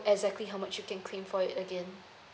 exactly how much you can claim for it again